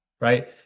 right